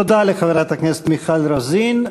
תודה לחברת הכנסת מיכל רוזין.